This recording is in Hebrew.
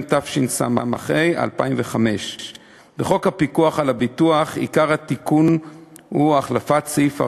התשס"א 2005. בחוק הפיקוח על הביטוח עיקר התיקון הוא החלפת סעיף 40,